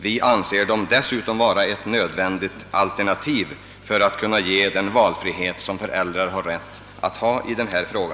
Vi anser dem dessutom vara ett nödvändigt alternativ för att åstadkomma den valfrihet som föräldrar bör ha möjlighet till på detta område.